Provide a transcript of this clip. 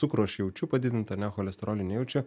cukrų aš jaučiu padidintą ane cholesterolį nejaučiu